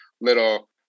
little